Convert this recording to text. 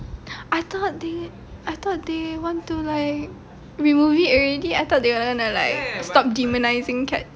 I thought they I thought they want to like remove it already I thought they were going to like stop demonising cats